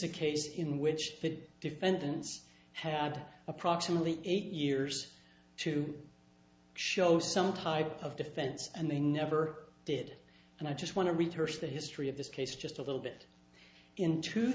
a case in which the defendants had approximately eight years to show some type of defense and they never did and i just want to return to the history of this case just a little bit in two